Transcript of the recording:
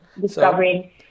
discovering